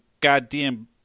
goddamn